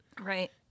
Right